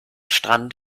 strand